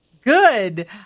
Good